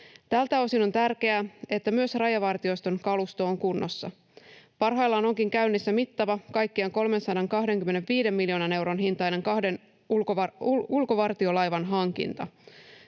Tältä osin on tärkeää, että myös Rajavartioston kalusto on kunnossa. Parhaillaan onkin käynnissä mittava kaikkiaan 325 miljoonan euron hintainen kahden ulkovartiolaivan hankinta.